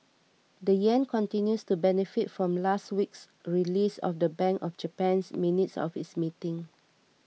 the yen continues to benefit from last week's release of the Bank of Japan's minutes of its meeting